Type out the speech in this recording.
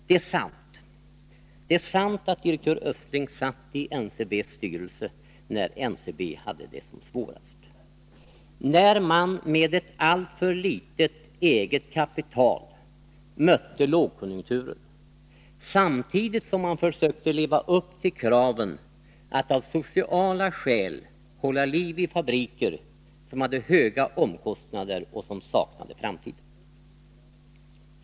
Det är sant att direktör Östling satt i NCB:s styrelse när NCB hade det som svårast, när man med ett alltför litet eget kapital mötte lågkonjunkturen samtidigt som man försökte leva upp till kraven att av sociala skäl hålla liv i fabriker som hade höga omkostnader och som saknade framtid.